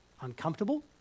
Uncomfortable